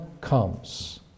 comes